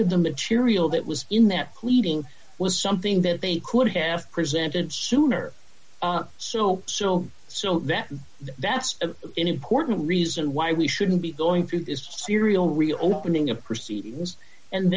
of the material that was in that pleading was something that they could have presented sooner so so so that that's an important reason why we shouldn't be going through this serial reopening of proceedings and